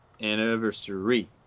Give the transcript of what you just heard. Anniversary